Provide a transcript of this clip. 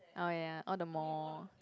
oh ya all the mall